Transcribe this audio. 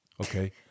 Okay